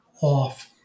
off